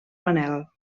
manel